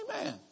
Amen